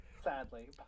Sadly